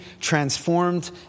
transformed